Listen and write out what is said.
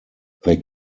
they